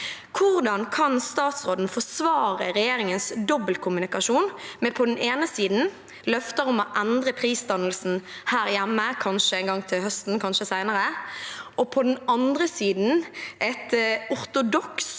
Hvordan kan statsråden forsvare regjeringens dobbeltkommunikasjon med på den ene siden løfter om å endre prisdannelsen her hjemme, kanskje en gang til høsten, kanskje senere, og på den andre siden et ortodokst